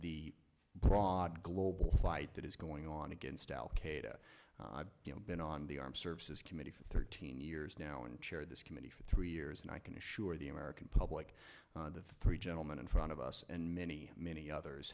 the broad global flight that is going on against al qaeda been on the armed services committee for thirteen years now and shared this committee for three years and i can assure the american public the three gentlemen in front of us and many many others